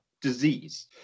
disease